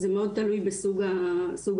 זה מאוד תלוי בסוג ההטרדה.